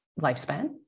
lifespan